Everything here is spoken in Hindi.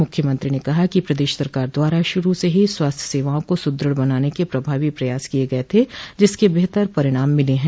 मुख्यमंत्री ने कहा कि प्रदेश सरकार द्वारा शुरू से ही स्वास्थ्य सेवाओं को सुदृढ़ बनाने के प्रभावी पयास किये गये थे जिसके बेहतर परिणाम मिले हैं